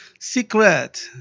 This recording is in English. Secret